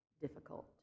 difficult